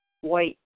white